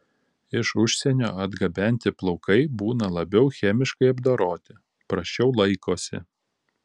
iš užsienio atgabenti plaukai būna labiau chemiškai apdoroti prasčiau laikosi